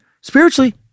spiritually